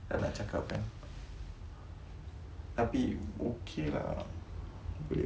abeh okay lah at least not bad ah basically kalau nak cakapkan